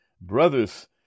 brothers